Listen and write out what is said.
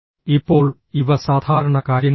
ഇപ്പോൾ ഇവ സാധാരണ കാര്യങ്ങളാണ്